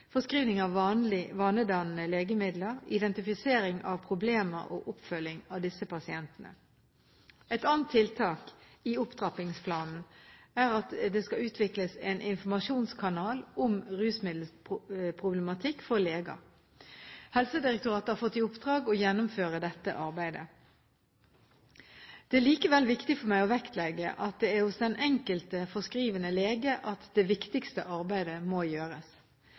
forskrivning av vanedannende legemidler, identifisering av problemer og oppfølging av disse pasientene. Et annet tiltak i opptrappingsplanen er at det skal utvikles en informasjonskanal om rusmiddelproblematikk for leger. Helsedirektoratet har fått i oppdrag å gjennomføre dette arbeidet. Det er likevel viktig for meg å vektlegge at det er hos den enkelte forskrivende lege at det viktigste arbeidet må gjøres.